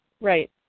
Right